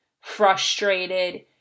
frustrated